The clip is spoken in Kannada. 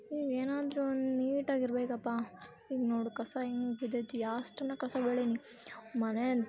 ಇವು ಏನಾದ್ರೂ ಒಂದು ನೀಟಾಗಿರಬೇಕಪ್ಪ ಈಗ ನೋಡು ಕಸ ಹೆಂಗೆ ಬಿದ್ದೈತಿ ಅಷ್ಟೆಲ್ಲ ಕಸ ಬಳೀನಿ ಮನೆ